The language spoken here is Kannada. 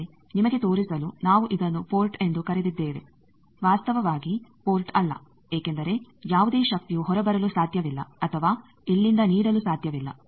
ಆದರೆ ನಿಮಗೆ ತೋರಿಸಲು ನಾವು ಇದನ್ನು ಪೋರ್ಟ್ ಎಂದು ಕರೆದಿದ್ದೇವೆ ವಾಸ್ತವವಾಗಿ ಪೋರ್ಟ್ ಅಲ್ಲ ಏಕೆಂದರೆ ಯಾವುದೇ ಶಕ್ತಿಯು ಹೊರಬರಲು ಸಾಧ್ಯವಿಲ್ಲ ಅಥವಾ ಇಲ್ಲಿಂದ ನೀಡಲು ಸಾಧ್ಯವಿಲ್ಲ